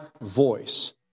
voice